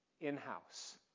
in-house